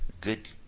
Good